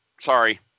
Sorry